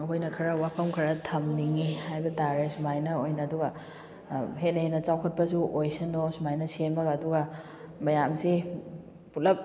ꯑꯩꯈꯣꯏꯅ ꯈꯔ ꯋꯥꯐꯝ ꯈꯔ ꯊꯝꯅꯤꯡꯏ ꯍꯥꯏꯕ ꯇꯥꯔꯦ ꯁꯨꯃꯥꯏꯅ ꯑꯣꯏꯅ ꯑꯗꯨꯒ ꯍꯦꯟꯅ ꯍꯦꯟꯅ ꯆꯥꯎꯈꯠꯄꯁꯨ ꯑꯣꯏꯁꯅꯨ ꯁꯨꯃꯥꯏꯅ ꯁꯦꯝꯂꯒ ꯑꯗꯨꯒ ꯃꯌꯥꯝꯁꯦ ꯄꯨꯂꯞ